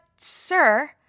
sir